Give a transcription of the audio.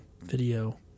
video